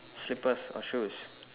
slippers or shoes